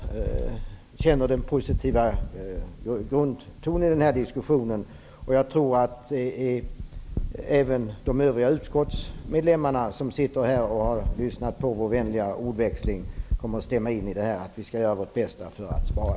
Herr talman! Jag noterar den positiva grundtonen i den här diskussionen. Även de övriga utskottsmedlemmar som har suttit här och lyssnat på vår vänliga ordväxling kommer att instämma i att vi skall göra vårt bästa för att spara.